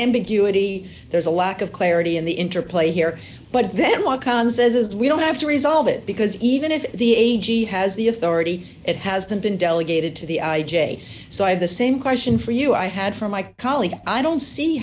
ambiguity there's a lack of clarity in the interplay here but then one comes as we don't have to resolve it because even if the a g has the authority it hasn't been delegated to the i j a so i have the same question for you i had from my colleague i don't see